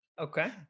okay